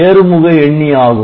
ஏறுமுக எண்ணி ஆகும்